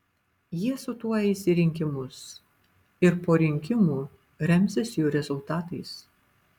jie su tuo eis į rinkimus ir po rinkimų remsis jų rezultatais